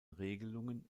regelungen